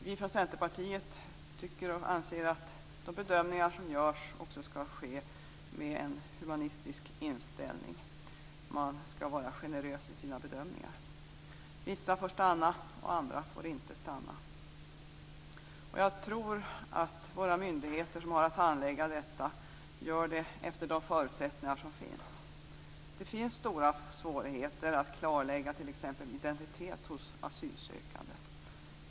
Vi från Centerpartiet anser att bedömningarna skall göras med en humanistisk inställning. Man skall vara generös i sina bedömningar. Vissa får stanna, och andra får inte stanna. Jag tror att våra myndigheter som har att handlägga detta gör det efter de förutsättningar som finns. Det finns stora svårigheter att klarlägga t.ex. identitet hos asylsökande.